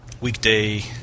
weekday